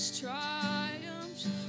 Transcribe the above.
triumphs